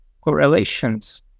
correlations